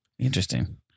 Interesting